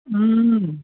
હમ્મ